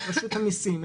רשות המסים,